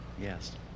yes